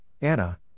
Anna